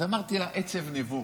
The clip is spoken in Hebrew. אז אמרתי לה "עצב נבו".